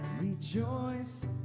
Rejoice